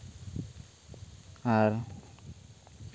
ᱟᱨ